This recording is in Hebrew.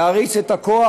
להעריץ את הכוח?